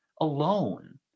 alone